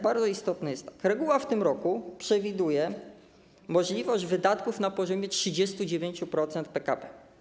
Bardzo istotne jest to, że reguła w tym roku przewiduje możliwość wydatków na poziomie 39% PKB.